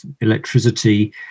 electricity